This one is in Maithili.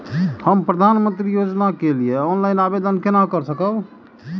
हम प्रधानमंत्री योजना के लिए ऑनलाइन आवेदन केना कर सकब?